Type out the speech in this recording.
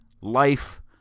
life